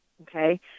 okay